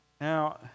Now